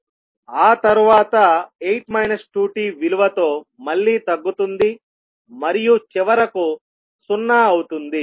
ఆ తర్వాత 8 2t విలువతో మళ్లీ తగ్గుతుంది మరియు చివరకు 0 అవుతుంది